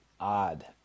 odd